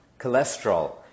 Cholesterol